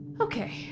Okay